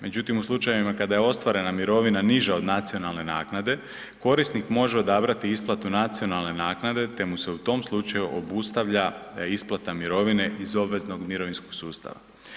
Međutim, u slučajevima kada je ostvarena mirovina niže od nacionalne naknade, korisnik može odabrati isplatu nacionalne naknade te mu se u tom slučaju obustavlja isplate mirovine iz obveznog mirovinskog sustava.